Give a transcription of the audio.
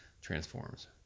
transforms